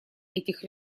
этих